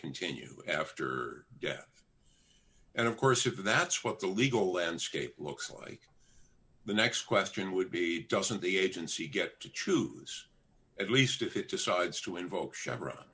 continue after death and of course if that's what the legal landscape looks like the next question would be doesn't the agency get to choose at least if it decides to invoke chevron